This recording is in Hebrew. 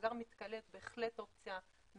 מאגר מתכלה בהחלט אופציה,